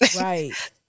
Right